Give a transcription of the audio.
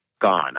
gone